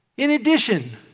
in addition,